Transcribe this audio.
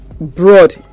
broad